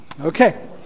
Okay